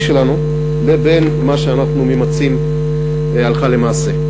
שלנו לבין מה שאנחנו ממצים הלכה למעשה.